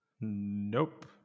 Nope